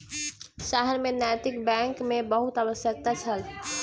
शहर में नैतिक बैंक के बहुत आवश्यकता छल